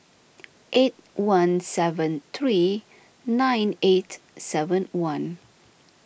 eight one seven three nine eight seven one